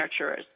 nurturers